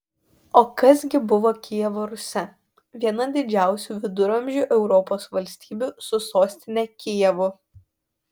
o kas gi buvo kijevo rusia viena didžiausių viduramžių europos valstybių su sostine kijevu